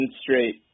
straight